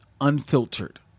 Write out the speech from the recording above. unfiltered